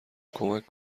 کمک